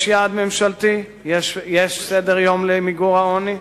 יש יעד ממשלתי, יש סדר-יום למיגור העוני,